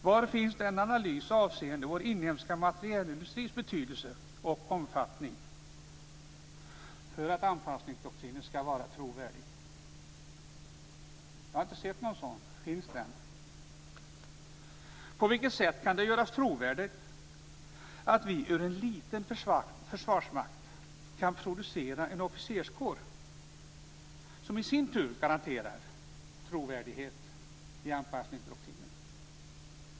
Var finns den analys avseende vår inhemska materielindustris betydelse och omfattning för att anpassningsdoktrinen skall var trovärdig? Jag har inte sett någon sådan. Finns den? På vilket sätt kan det göras trovärdigt att vi ur en liten försvarsmakt kan producera en officerskår som i sin tur garanterar trovärdighet i anpassningsdoktrinen?